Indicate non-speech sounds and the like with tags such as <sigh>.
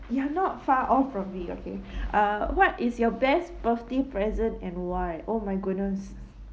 you are not far off from me okay <breath> uh what is your best birthday present and why oh my goodness